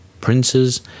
princes